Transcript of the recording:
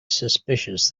suspicious